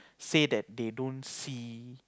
say that they don't see